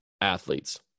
athletes